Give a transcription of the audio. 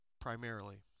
primarily